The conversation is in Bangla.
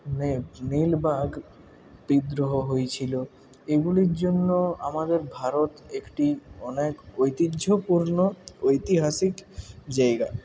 নে নীলবাগ বিদ্রোহ হয়েছিল এগুলির জন্য আমাদের ভারত একটি অনেক ঐতিহ্যপূর্ণ ঐতিহাসিক জায়গা